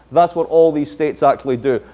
that's what all these states actually do.